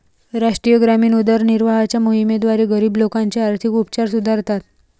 राष्ट्रीय ग्रामीण उदरनिर्वाहाच्या मोहिमेद्वारे, गरीब लोकांचे आर्थिक उपचार सुधारतात